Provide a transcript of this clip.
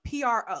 PRO